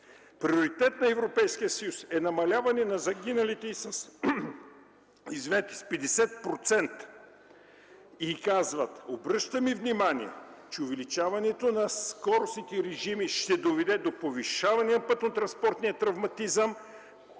Приоритет на Европейския съюз е намаляване на загиналите с 50% и казват: „Обръщаме внимание, че увеличаването на скоростните режими ще доведе до увеличаване на пътно-транспортния травматизъм,